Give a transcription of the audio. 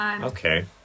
Okay